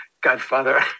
Godfather